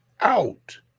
out